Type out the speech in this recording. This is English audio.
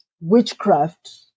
witchcraft